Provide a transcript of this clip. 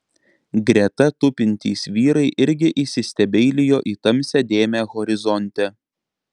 greta tupintys vyrai irgi įsistebeilijo į tamsią dėmę horizonte